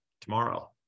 tomorrow